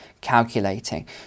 calculating